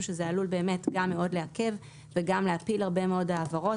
שזה עלול באמת גם מאוד לעכב וגם להפיל הרבה מאוד העברות.